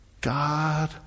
God